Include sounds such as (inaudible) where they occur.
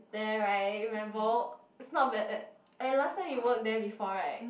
there right in my it's not bad at (noise) and last time you work there before right